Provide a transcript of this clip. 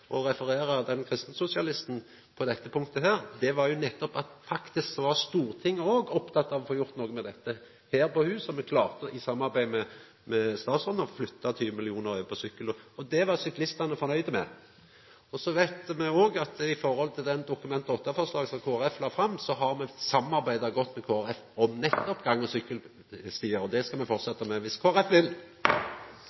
og referera den kristensosialisten på dette punktet, var jo nettopp at ein faktisk òg her på huset, på Stortinget, var oppteken av å få gjort noko med dette – og me klarte i samarbeid med statsråden å flytta 20 mill. kr over på sykkel, og det var syklistane fornøgde med. Så veit me òg at når det gjeld det Dokument 8-forslaget som Kristeleg Folkeparti la fram, har me samarbeidd godt med Kristeleg Folkeparti om nettopp gang- og sykkelstigar. Og det skal me